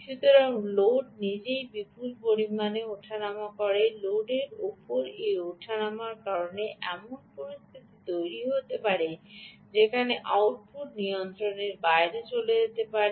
সুতরাং লোড নিজেই বিপুল পরিমাণে ওঠানামা হবে লোডের এই ওঠানামার কারণে এমন পরিস্থিতি তৈরি হতে পারে যেখানে আউটপুট নিয়ন্ত্রণের বাইরে চলে যেতে পারে